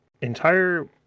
entire